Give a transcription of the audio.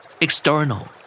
External